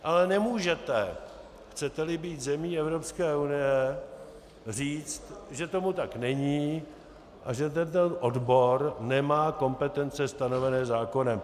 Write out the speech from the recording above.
Ale nemůžete, chceteli být zemí Evropské unie, říct, že tomu tak není a že tento odbor nemá kompetence stanovené zákonem.